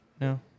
No